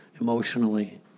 emotionally